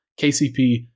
KCP